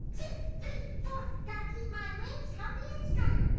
two, three, four. gotta keep my wings healthy and strong.